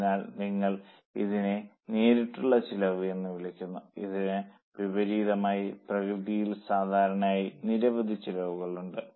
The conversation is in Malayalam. അതിനാൽ നിങ്ങൾ ഇതിനെ നേരിട്ടുള്ള ചിലവ് എന്ന് വിളിക്കുന്നു ഇതിന് വിപരീതമായി പ്രകൃതിയിൽ സാധാരണമായ നിരവധി ചിലവുകൾ ഉണ്ട്